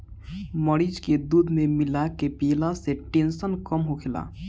मरीच के दूध में मिला के पियला से टेंसन कम होखेला